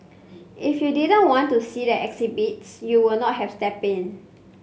if you didn't want to see the exhibits you will not have step in